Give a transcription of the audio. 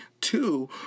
Two